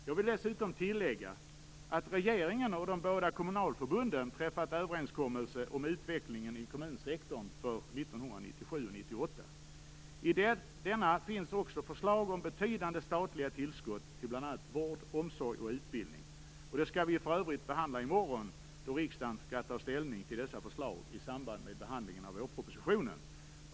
Jag vill dessutom tillägga att regeringen och de båda kommunförbunden träffat överenskommelse om utvecklingen i kommunsektorn för 1997 och 1998. I denna finns också förslag om betydande statliga tillskott till bl.a. vård, omsorg och utbildning. Det skall vi för övrigt behandla i morgon då riksdagen skall ta ställning till dessa förslag i samband med behandlingen av vårpropositionen.